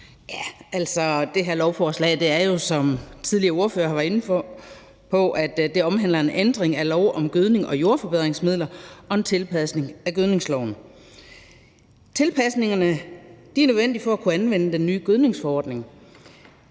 formand. Det her lovforslag omhandler jo, som den tidligere ordførere har været inde på, en ændring af lov om gødning og jordforbedringsmidler og en tilpasning af gødskningsloven. Tilpasningerne er nødvendige for at kunne anvende den nye gødningsforordning,